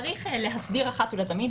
צריך להסדיר אחת ולתמיד,